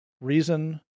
reason